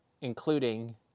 including